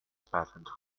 patent